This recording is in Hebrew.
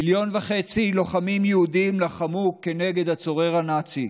מיליון וחצי לוחמים יהודים לחמו נגד הצורר הנאצי,